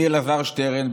אני אלעזר שטרן,